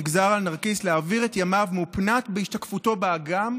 נגזר על הנרקיס להעביר את ימיו מהופנט בהשתקפותו באגם,